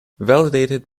validated